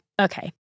okay